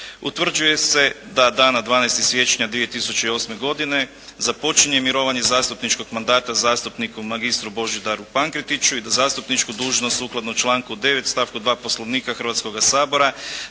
Utvrđuje se da dana 12. siječnja 2008. godine započinje mirovanje zastupničkog mandata zastupniku magistru Božidaru Pankretiću i da zastupničku dužnost sukladno članku 9. stavku 2. Poslovnika Hrvatskoga sabora